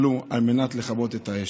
לאחר השרפה הקשה